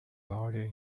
baden